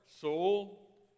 soul